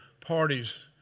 parties